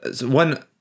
one